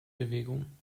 bewegung